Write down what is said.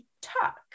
talk